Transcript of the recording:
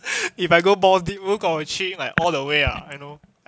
if I go bald di~ 如果 I 去 like all the way ah